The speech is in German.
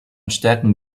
stärken